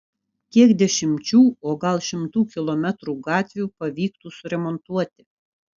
kiek dešimčių o gal šimtų kilometrų gatvių pavyktų suremontuoti